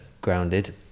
Grounded